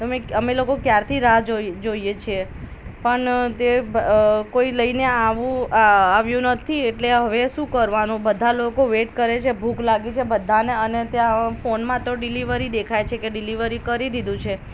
અમે અમે લોકો ક્યારથી રાહ જોઈ જોઈએ છે પણ તે કોઈ લઈને આવું આવ્યું નથી એટલે હવે શું કરવાનું બધા લોકો વેટ કરે છે ભૂખ લાગી છે બધાને અને ત્યાં ફોનમાં તો ડિલિવરી દેખાય છે કે ડીલીવરી કરી દીધું છે